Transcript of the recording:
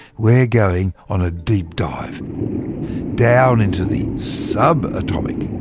we're going on a deep dive down into the sub-atomic,